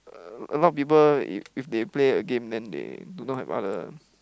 a a lot of people if if they play a game then they do not have other